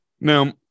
Now